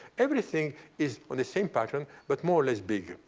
everything is on the same pattern, but more or less big.